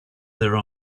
their